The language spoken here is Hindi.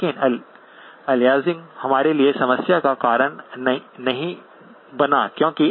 लेकिन अलियासिंग हमारे लिए समस्या का कारण नहीं बना क्योंकि